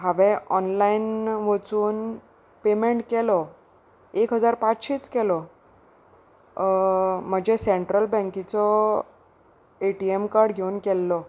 हांवें ऑनलायन वचून पेमेंट केलो एक हजार पांचशींच केलो म्हजे सेंट्रल बँकेचो ए टी एम कार्ड घेवन गेल्लो